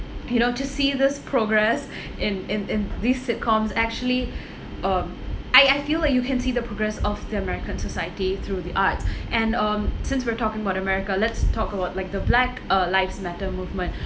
you know to see this progress in in in these sitcoms actually um I I feel like you can see the progress of the american society through the arts and um since we're talking about america let's talk about like the black uh lives matter movement